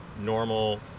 normal